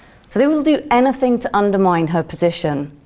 they will do anything to undermine her position.